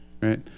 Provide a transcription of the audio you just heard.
Right